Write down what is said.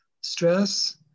stress